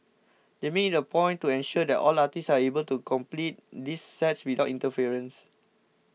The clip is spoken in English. they make it a point to ensure that all artists are able to complete this sets without interference